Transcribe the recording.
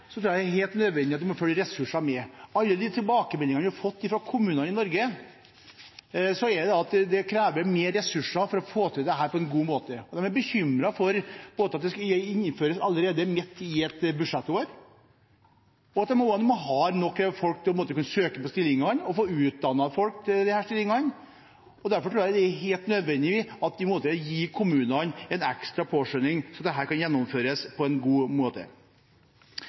er helt nødvendig at det følger ressurser med. Alle tilbakemeldingene vi har fått fra kommunene i Norge, er at det krever større ressurser å få til dette på en god måte. De er bekymret både for at dette skal innføres midt i et budsjettår, for om de har nok folk til å søke på stillingene, og for om de får utdannet folk til disse stillingene. Derfor tror jeg det er helt nødvendig å gi kommunene en ekstra påskjønning, slik at dette kan gjennomføres på en god måte.